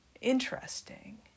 interesting